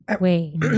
wait